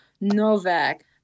Novak